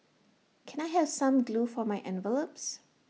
can I have some glue for my envelopes